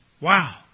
Wow